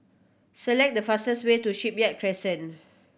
select the fastest way to Shipyard Crescent